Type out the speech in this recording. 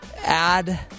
add